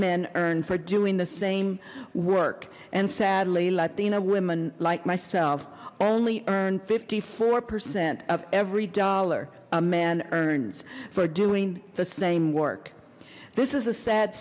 men earned for doing the same work and sadly latina women like myself only earn fifty four percent of every dollar a man earns for doing the same work this is a sad